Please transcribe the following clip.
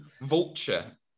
Vulture